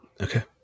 Okay